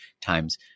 times